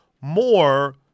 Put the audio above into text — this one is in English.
more